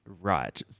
Right